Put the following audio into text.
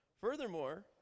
furthermore